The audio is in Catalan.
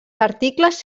articles